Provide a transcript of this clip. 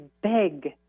beg